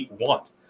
Want